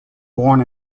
born